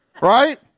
right